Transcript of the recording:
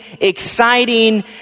exciting